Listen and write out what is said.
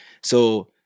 So-